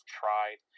tried